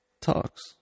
talks